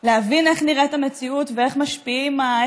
להבין איך נראית המציאות ואיך משפיעות